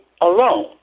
alone